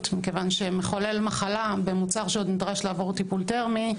מכיוון שמחולל מחלה במוצר שעוד נדרש לעבור טיפול תרמי,